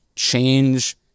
change